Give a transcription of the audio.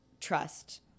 trust